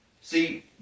See